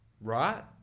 right